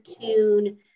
tune